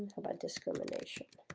about discrimination,